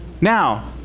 Now